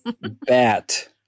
Bat